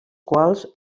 quals